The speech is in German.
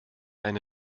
eine